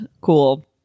cool